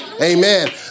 Amen